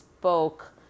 spoke